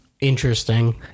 Interesting